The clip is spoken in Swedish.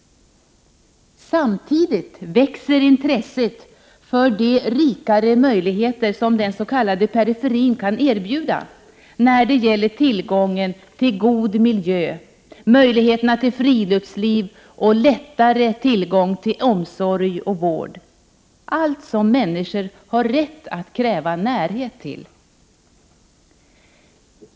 Samtidigt växer intresset för de rikare möjligheter som den s.k. periferin kan erbjuda när det gäller tillgången till god miljö, möjligheterna till friluftsliv och lättare tillgång till omsorg och vård, allt sådant som människor har rätt att kräva närhet till.